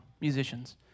musicians